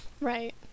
Right